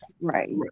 right